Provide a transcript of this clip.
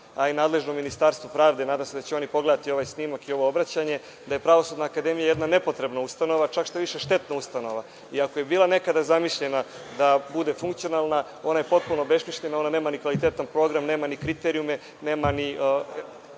a i nadležnom Ministarstvu pravde, nadam se da će pogledati ovaj snimak i ovo obraćanje, da je Pravosudna akademija jedna nepotrebna ustanova, čak šta više štetna ustanova i ako je bila nekada zamišljena kao funkcionalna, ona je potpuno obesmišljena. Nema nikakav kvalitetan program. Nema ni kriterijume. Nema ni